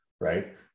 right